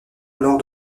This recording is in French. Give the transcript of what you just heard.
lors